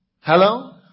Hello